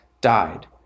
died